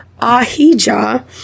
ahijah